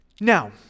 Now